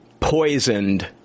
Poisoned